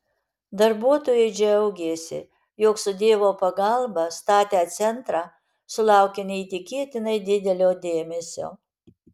darbuotojai džiaugėsi jog su dievo pagalba statę centrą sulaukia neįtikėtinai didelio dėmesio